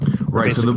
Right